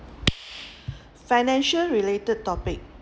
financial related topic